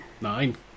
Nine